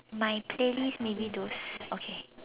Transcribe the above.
my playlist maybe those okay